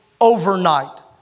overnight